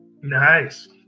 Nice